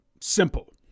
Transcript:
simple